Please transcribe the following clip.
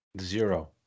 Zero